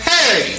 Hey